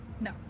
No